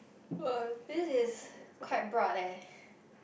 ah this is quite broad eh